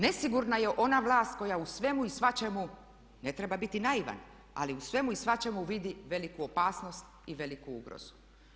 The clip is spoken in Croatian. Nesigurna je ona vlast koja u svemu i svačemu, ne treba biti naivan ali u svemu i svačemu vidi veliku opasnost i veliku ugrozu.